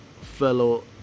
fellow